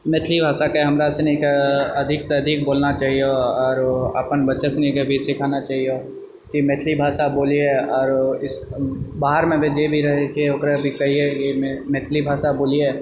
मैथिली भाषाके हमरा सुनिकऽ अधिकसँ अधिक बोलना चाहिए आरो अपना बच्चा सुनिके भी सीखाना चाहिए कि मैथिली भाषा बोलिहे आरो बाहरमे भी जे भी रहैत छै ओकरा कहिऐ मैथिली भाषा बोलिहे